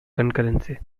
concurrency